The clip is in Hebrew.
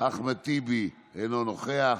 אחמד טיבי, אינו נוכח,